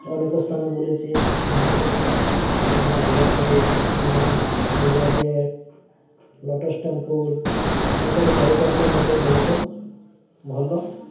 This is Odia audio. ଅନେକ ସ୍ଥାନ ବୁଲିଛି ଯେଉଁଟା କି ଆମ ରାଜ୍ଘାଟ୍ ହଉ କିମ୍ବା ଇଣ୍ଡିଆ ଗେଟ୍ ଲୋଟସ୍ ଟେମ୍ପୁଲ ତାଙ୍କର କାରୁକାର୍ଯ୍ୟ ମଧ୍ୟ ବହୁତ ଭଲ